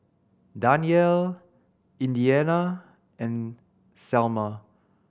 Danyell Indiana and Salma